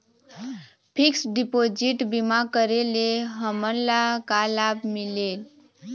Fix deposit बीमा करे ले हमनला का लाभ मिलेल?